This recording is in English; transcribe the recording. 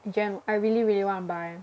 Jen I really really want to buy